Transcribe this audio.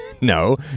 No